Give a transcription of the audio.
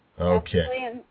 Okay